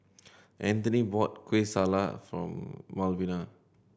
Anthoney bought Kueh Salat for Malvina